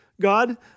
God